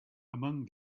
among